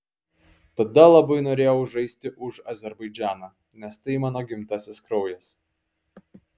tada labai norėjau žaisti už azerbaidžaną nes tai mano gimtasis kraujas